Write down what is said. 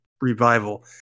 revival